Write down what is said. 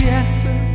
answer